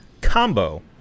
combo